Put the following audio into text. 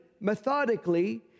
methodically